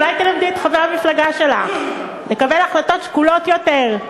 אולי תלמדי את חבר המפלגה שלך לקבל החלטות שקולות יותר,